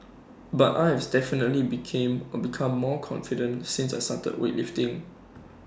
but I have definitely became become more confident since I started weightlifting